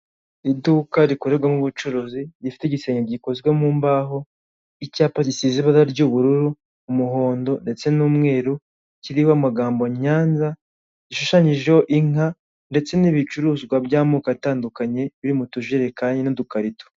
Iduka rikorerwamo ubucuruzi rifite igisenge gikozwe mu mbaho, icyapa gisize ibara ry'ubururu, umuhondo ndetse n'umweru kiriho amagambo Nyanza gishushanyijeho inka ndetse n'ibicuruzwa by'amoko atandukanye biri mu tujerekani n'udukarito.